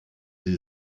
sie